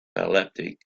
elliptic